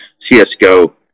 CSGO